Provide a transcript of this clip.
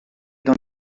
dans